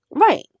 Right